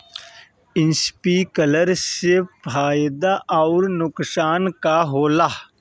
Sprinkler सिंचाई से फायदा अउर नुकसान का होला?